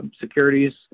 securities